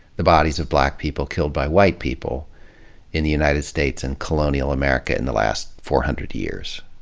the bodies of black people killed by white people in the united states and colonial america in the last four hundred years.